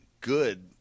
good